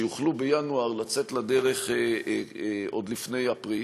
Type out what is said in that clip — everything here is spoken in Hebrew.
שיוכלו לצאת לדרך בינואר,